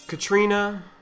Katrina